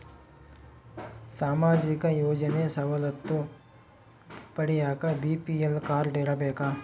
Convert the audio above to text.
ಸಾಮಾಜಿಕ ಯೋಜನೆ ಸವಲತ್ತು ಪಡಿಯಾಕ ಬಿ.ಪಿ.ಎಲ್ ಕಾಡ್೯ ಇರಬೇಕಾ?